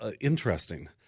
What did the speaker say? interesting